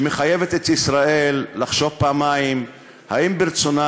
שמחייבת את ישראל לחשוב פעמיים אם ברצונה